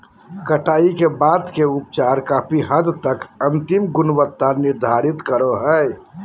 कटाई के बाद के उपचार काफी हद तक अंतिम गुणवत्ता निर्धारित करो हइ